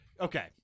Okay